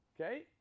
okay